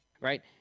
right